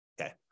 Okay